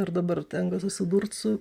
ir dabar tenka susidurt su